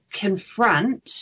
confront